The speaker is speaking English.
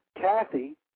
Kathy